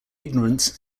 ignorance